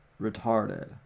retarded